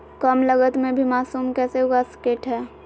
कम लगत मे भी मासूम कैसे उगा स्केट है?